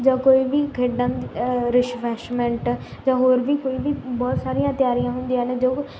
ਜਾਂ ਕੋਈ ਵੀ ਖੇਡਾਂ ਰਿਸ਼ਵੇਸ਼ਮੈਂਟ ਜਾਂ ਹੋਰ ਵੀ ਕੋਈ ਵੀ ਬਹੁਤ ਸਾਰੀਆਂ ਤਿਆਰੀਆਂ ਹੁੰਦੀਆਂ ਹਨ ਜੋ